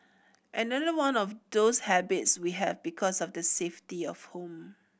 another one of those habits we have because of the safety of home